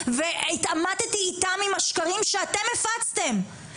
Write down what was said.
והתעמתתי איתם על השקרים שאתם הפצתם.